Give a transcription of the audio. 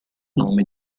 nome